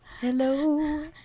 hello